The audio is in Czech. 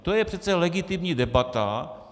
To je přece legitimní debata.